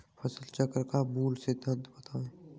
फसल चक्र का मूल सिद्धांत बताएँ?